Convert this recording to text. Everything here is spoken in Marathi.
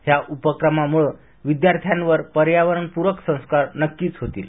ह्या उपक्रमामुळे विद्यार्थ्यावर पर्यावरण पूरक संस्कार नक्कीच होतील